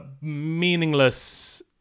meaningless